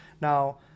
Now